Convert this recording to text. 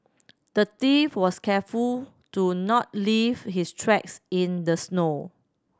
the thief was careful to not leave his tracks in the snow